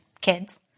kids